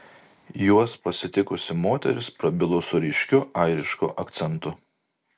juos pasitikusi moteris prabilo su ryškiu airišku akcentu